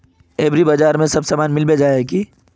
एग्रीबाजार में सब सामान मिलबे जाय है की?